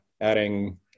adding